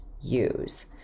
use